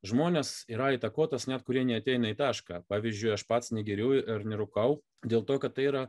žmonės yra įtakotas net kurie neateina į tašką pavyzdžiui aš pats negeriu ir nerūkau dėl to kad tai yra